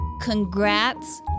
Congrats